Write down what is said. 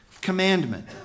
commandment